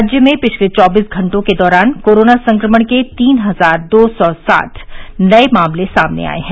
राज्य में पिछले चौबीस घंटों के दौरान कोविड संक्रमण के तीन हजार दो सौ साठ नए मामले सामने आए हैं